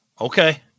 Okay